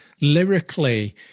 lyrically